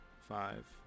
Five